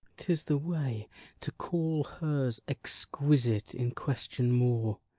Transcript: tis the way to call hers, exquisite, in question more